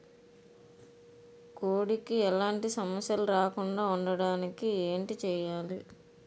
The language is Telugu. కోడి కి ఎలాంటి సమస్యలు రాకుండ ఉండడానికి ఏంటి చెయాలి?